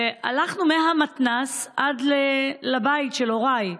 הלכנו מהמתנ"ס עד לבית של הוריי,